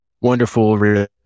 wonderful